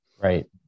right